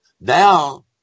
Now